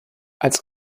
als